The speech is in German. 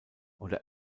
oder